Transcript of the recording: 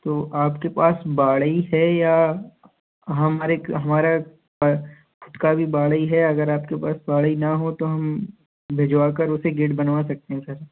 तो आपके पास बाड़ी है या हमारे हमारा ख़ुद का भी बाड़ी है अगर आपके पास बाड़ी ना हो तो हम उसे भिजवा कर उससे गेट बनवा सकते हैं सर